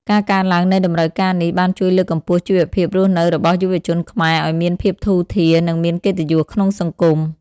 ការកើនឡើងនៃតម្រូវការនេះបានជួយលើកកម្ពស់ជីវភាពរស់នៅរបស់យុវជនខ្មែរឱ្យមានភាពធូរធារ និងមានកិត្តិយសក្នុងសង្គម។